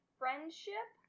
friendship